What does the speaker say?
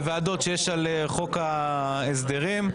אני רואה שיש פה מוזמנים מכל הוועדות שיש על חוק ההסדרים,